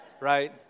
Right